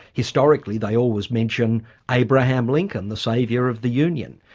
historically they always mention abraham lincoln, the saviour of the union.